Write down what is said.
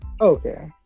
Okay